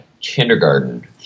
kindergarten